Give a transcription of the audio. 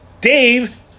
Dave